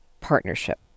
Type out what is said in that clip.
partnership